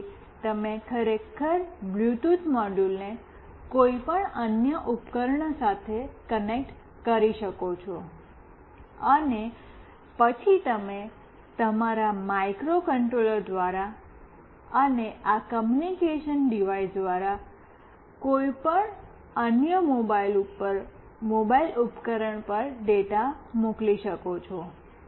આ રીતે તમે ખરેખર બ્લૂટૂથ મોડ્યુલને કોઈપણ અન્ય ઉપકરણ સાથે કનેક્ટ કરી શકો છો અને પછી તમે તમારા માઇક્રોકન્ટ્રોલર દ્વારા અને આ કમ્યુનિકેશન ડિવાઇસ દ્વારા કોઈપણ અન્ય મોબાઇલ ઉપકરણ પર ડેટા મોકલી શકો છો